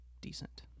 decent